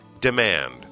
demand